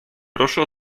proszę